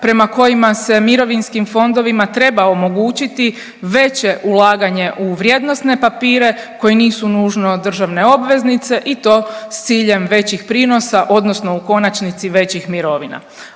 prema kojima se mirovinskim fondovima treba omogućiti veće ulaganje u vrijednosne papire koji nisu nužno državne obveznice i to s ciljem većih prinosa odnosno u konačnici većih mirovina.